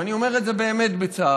ואני אומר את זה באמת בצער,